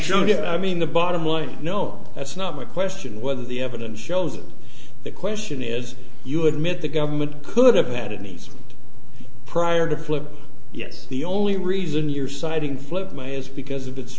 should i mean the bottom line no that's not my question whether the evidence shows that the question is you admit the government could have had a nice prior to flip yes the only reason you're citing flip my is because of its